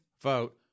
vote